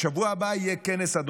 בשבוע הבא יהיה כנס בנושא הזה,